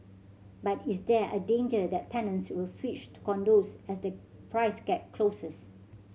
but is there a danger that tenants will switch to condos as the price gap closes